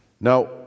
Now